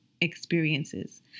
experiences